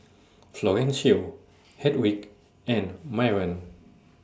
Florencio Hedwig and Myron